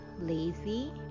lazy